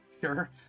Sure